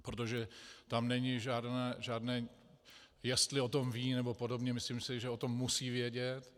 Protože tam není žádné, jestli o tom ví nebo podobně, myslím si, že o tom musí vědět.